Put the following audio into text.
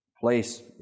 place